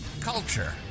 culture